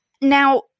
Now